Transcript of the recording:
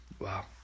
Wow